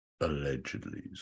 allegedly